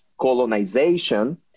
colonization